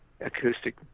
acoustic